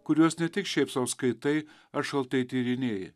kuriuos ne tik šiaip sau skaitai ar šaltai tyrinėji